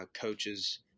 coaches